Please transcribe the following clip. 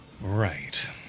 Right